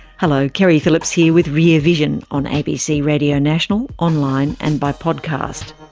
hello, keri phillips here with rear vision on abc radio national, online and by podcast.